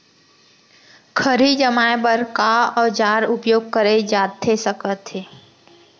खरही जमाए बर का औजार उपयोग करे जाथे सकत हे?